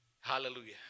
Hallelujah